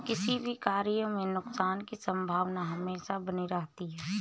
किसी भी कार्य में नुकसान की संभावना हमेशा बनी रहती है